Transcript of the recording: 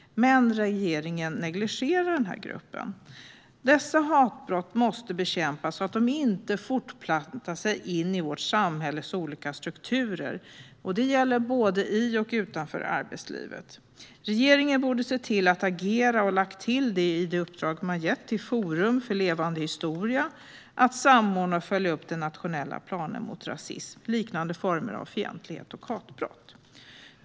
Men regeringen negligerar denna grupp. Dessa hatbrott måste bekämpas så att de inte fortplantar sig in i vårt samhälles olika strukturer. Det gäller både i och utanför arbetslivet. Regeringen borde agera, och man borde ha lagt till detta i det uppdrag man gett till Forum för levande historia att samordna och följa upp den nationella planen mot rasism, liknande former av fientlighet och hatbrott.